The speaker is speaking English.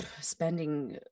spending